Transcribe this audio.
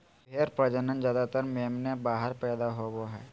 भेड़ प्रजनन ज्यादातर मेमने बाहर पैदा होवे हइ